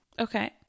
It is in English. Okay